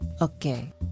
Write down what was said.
Okay